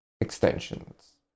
extensions